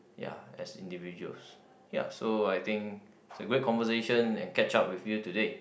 ya as individuals ya so I think it's a great conversation and catch up with you today